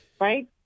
Right